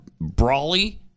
Brawley